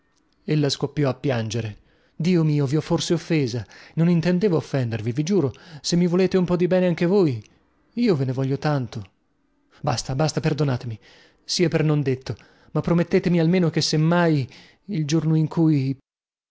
sorella ella scoppiò a piangere dio mio vi ho forse offesa non intendevo offendervi vi giuro se mi volete un po di bene anche voi io ve ne voglio tanto basta basta perdonatemi sia per non detto ma promettetemi almeno che se mai il giorno in cui